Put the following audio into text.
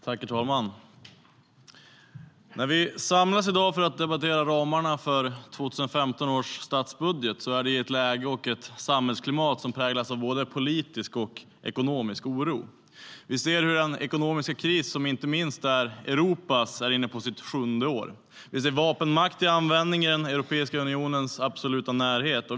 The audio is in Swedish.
Herr talman! När vi i dag samlas för att debattera ramarna för 2015 års statsbudget är det i ett läge och ett samhällsklimat som präglas av både politisk och ekonomisk oro. Vi ser hur den ekonomiska kris som inte minst är Europas är inne på sitt sjunde år. Vi ser vapenmakt i användning i Europeiska unionens absoluta närhet.